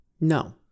No